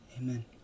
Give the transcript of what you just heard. Amen